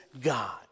God